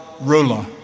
ruler